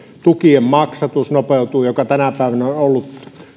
tukien maksatus joka tänä päivänä on ollut